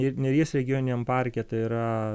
neries regioniniam parke tai yra